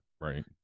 Right